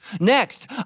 Next